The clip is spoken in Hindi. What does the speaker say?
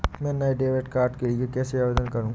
मैं नए डेबिट कार्ड के लिए कैसे आवेदन करूं?